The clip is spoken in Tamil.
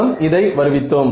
நாம் இதை வருவித்தோம்